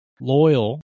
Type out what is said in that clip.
loyal